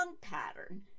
pattern